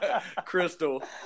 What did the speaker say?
Crystal